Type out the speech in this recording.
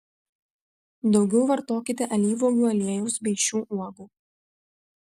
daugiau vartokite alyvuogių aliejaus bei šių uogų